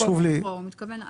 התיקים הפתוחים.